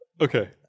Okay